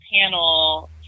panel